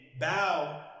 bow